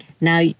Now